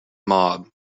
mob